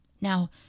Now